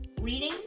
reading